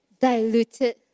Diluted